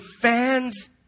fans